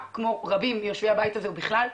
כמו רבים מיושבי הבית הזה ובכלל,